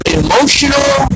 emotional